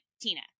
Tina